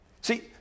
See